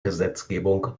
gesetzgebung